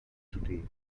today